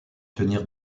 tenir